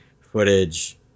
footage